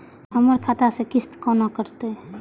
हमर खाता से किस्त कोना कटतै?